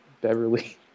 Beverly